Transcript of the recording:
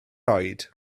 oed